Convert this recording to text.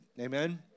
Amen